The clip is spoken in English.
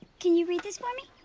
can you read this for me?